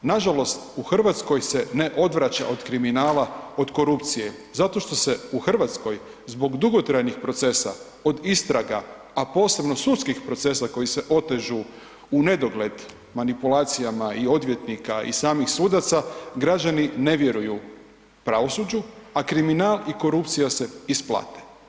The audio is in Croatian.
Nažalost, u Hrvatskoj se ne odvraća od kriminala od korupcije zato što se u Hrvatskoj zbog dugotrajnih procesa od istraga, a posebno sudskih procesa koji se otežu u nedogled manipulacijama i odvjetnika i samih sudaca, građani ne vjeruju pravosuđu, a kriminal i korupcija se isplate.